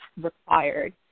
required